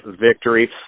victory